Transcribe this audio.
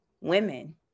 women